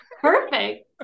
perfect